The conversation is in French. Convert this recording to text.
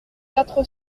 quatre